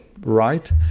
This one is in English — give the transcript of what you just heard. right